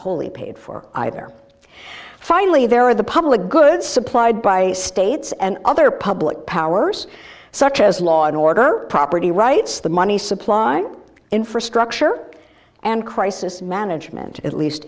wholly paid for either finally there are the public goods supplied by states and other public powers such as law and order property rights the money supply infrastructure and crisis management at least